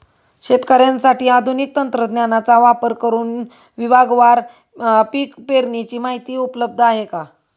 शेतकऱ्यांसाठी आधुनिक तंत्रज्ञानाचा वापर करुन विभागवार पीक पेरणीची माहिती उपलब्ध आहे का?